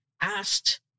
asked